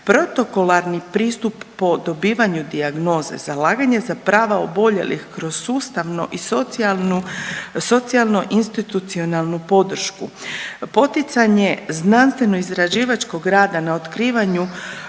protokolarni pristup po dobivanju dijagnoze, zalaganje za prava oboljelih kroz sustavno i socijalnu, socijalno institucionalnu podršku, poticanje znanstveno istraživačkog rada na otkrivanju